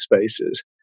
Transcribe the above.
spaces